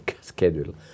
schedule